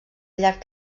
llarg